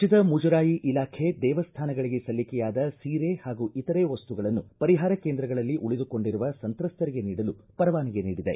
ರಾಜ್ಞದ ಮುಜರಾಯಿ ಇಲಾಖೆ ದೇಮ್ಹಾನಗಳಗೆ ಸಲ್ಲಿಕೆಯಾದ ಸೀರೆ ಹಾಗೂ ಇತರೆ ವಸ್ತುಗಳನ್ನು ಪರಿಹಾರ ಕೇಂದ್ರಗಳಲ್ಲಿ ಉಳಿದುಕೊಂಡಿರುವ ಸಂತ್ರಸ್ತರಿಗೆ ನೀಡಲು ಪರವಾನಿಗೆ ನೀಡಿದೆ